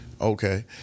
Okay